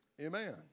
Amen